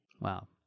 Wow